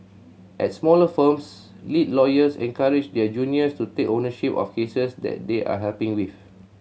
at smaller firms lead lawyers encourage their juniors to take ownership of cases that they are helping with